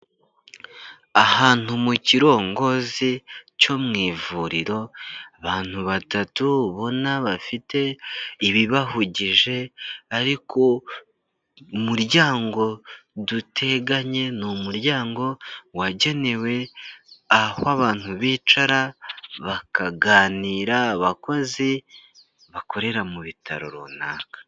Ahantu mu kirongozi cyo mu ivuriro, abantu batatu ubona bafite ibibahugije, ariko umuryango duteganye, ni umuryango wagenewe aho abantu bicara bakaganira, abakozi bakorera mu bitaro runaka.